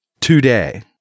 today